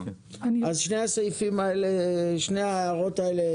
אם כן, תיקנו את שתי ההערות האלה.